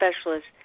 specialist